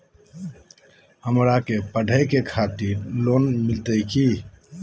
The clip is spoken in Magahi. हमरा के पढ़े के खातिर लोन मिलते की?